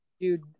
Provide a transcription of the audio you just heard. Dude